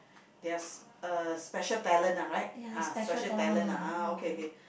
yes uh special talent [one] right ah special talent ah okay okay